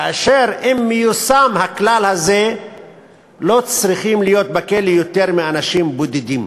כלומר אם ייושם הכלל הזה לא צריכים להיות בכלא יותר מאנשים בודדים.